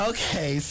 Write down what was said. Okay